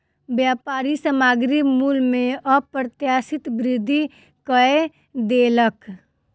व्यापारी सामग्री मूल्य में अप्रत्याशित वृद्धि कय देलक